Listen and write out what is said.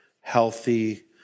healthy